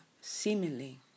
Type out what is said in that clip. seemingly